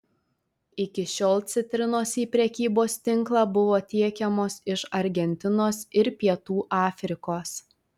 iki šiol citrinos į prekybos tinklą buvo tiekiamos iš argentinos ir pietų afrikos